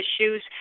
issues